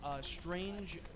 Strange